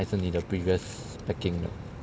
还是你的 previous packing 的